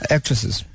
Actresses